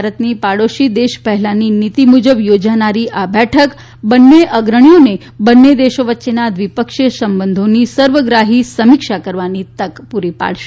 ભારતની પાડોશી દેશ પહેલાની નીતી મુજબ યોજનારી આ બેઠક બંન્ને અગ્રણીઓને બંન્ને દેશો વચ્ચેનાં દ્રિપક્ષીય સંબંધોની સર્વગ્રાહી સમીક્ષા કરવાની તક પૂરી પાડશે